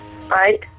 Right